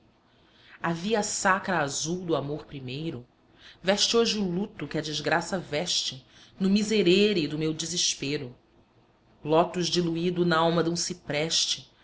a via sacra azul do amor primeiro veste hoje o luto que a desgraça veste no miserere do meu desespero lotus diluído nalma dum cipreste